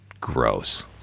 gross